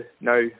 no